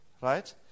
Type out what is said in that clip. Right